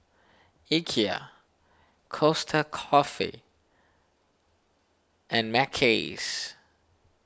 Ikea Costa Coffee and Mackays